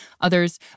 others